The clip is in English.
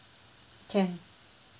can